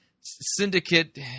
Syndicate